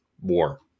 war